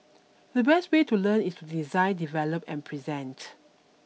the best way to learn is design develop and present